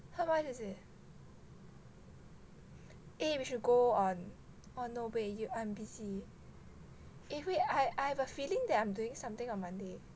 how much is it eh we should go on oh no wait I'm busy eh wait I I have a feeling that I'm doing something on monday